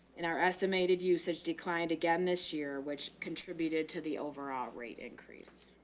and our estimated usage declined again this year, which contributed to the overall rate increase.